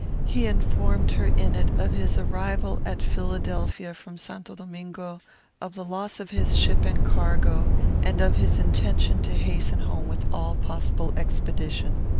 he informed her in it of his arrival at philadelphia from st. domingo of the loss of his ship and cargo and of his intention to hasten home with all possible expedition.